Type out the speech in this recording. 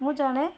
ମୁଁ ଜଣେ